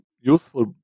useful